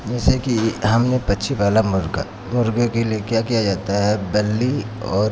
जैसे की हम ये वाला मुर्गा मुर्गे के लिए क्या किया जाता है बल्ली और